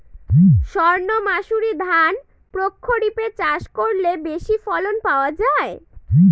সর্ণমাসুরি ধান প্রক্ষরিপে চাষ করলে বেশি ফলন পাওয়া যায়?